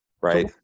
Right